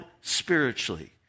spiritually